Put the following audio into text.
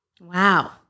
Wow